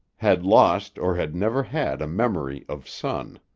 had lost or had never had a memory of sun.